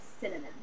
cinnamon